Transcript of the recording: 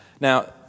Now